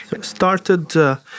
started